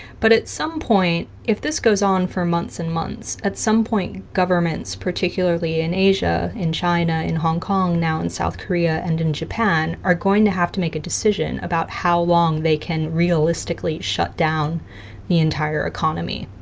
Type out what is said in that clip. but at some point if this goes on for months and months, at some point, governments, particularly in asia, in china, in hong kong, now in south korea and in japan are going to have to make a decision about how long they can realistically shut down the entire economy,